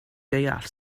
deall